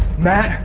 matt,